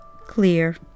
clear